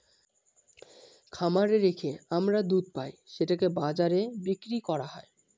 খামারে রেখে আমরা দুধ পাই সেটাকে বাজারে বিক্রি করা হয়